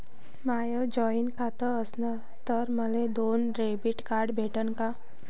माय joint खातं असन तर मले दोन डेबिट कार्ड भेटन का?